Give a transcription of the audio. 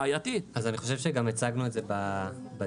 אני חושב שגם הצגנו את זה בדיון,